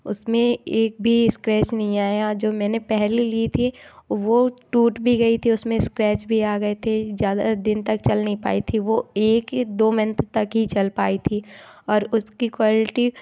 उसमें एक भी स्क्रैच नहीं आया जो मैंने पहले ली थी वह टूट भी गई थी उसमें स्क्रैच भी आ गए थे ज़्यादा दिन तक चल नहीं पाई थी वह एक दो मंथ तक ही चल पाई थी और उसकी क्वाल्टी